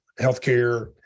healthcare